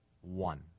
One